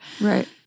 Right